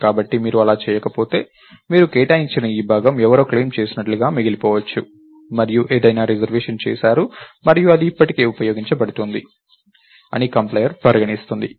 కాబట్టి మీరు అలా చేయకపోతే మీరు కేటాయించిన ఈ భాగం ఎవరో క్లెయిమ్ చేసినట్లుగా మిగిలిపోవచ్చు మరియు ఎవరైనా రిజర్వేషన్ చేసారు మరియు ఇది ఇప్పటికీ ఉపయోగించబడుతోంది అని కంప్లైయర్ పరిగణిస్తుంది